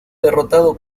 derrotado